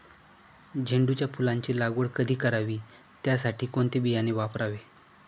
झेंडूच्या फुलांची लागवड कधी करावी? त्यासाठी कोणते बियाणे वापरावे?